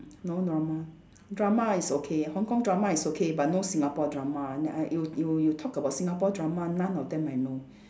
no normal drama is okay Hong-Kong drama is okay but no Singapore drama and I you you you talk about Singapore drama none of them I know